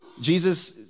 Jesus